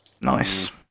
Nice